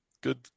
good